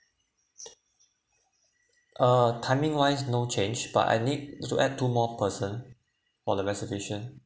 uh timing wise no change but I need to add two more person for the reservation